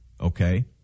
Okay